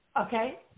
Okay